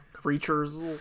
Creatures